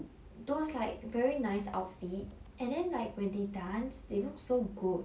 those like very nice outfit and then like when they dance they look so good